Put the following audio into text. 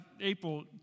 April